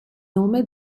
nome